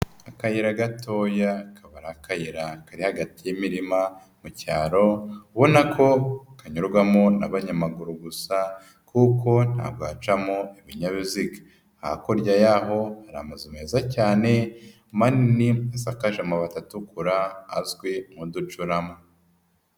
Akayira gatoya kakaba ari akayira kari hagati y'imirima mu cyaro, ubona ko kanyurwamo n'abanyamaguru gusa kuko ntabwo hacamo ibinyabiziga, hakurya y'aho hari amazu meza cyane manini asakaje amabati atukura azwi nk'uducurama.